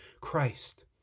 Christ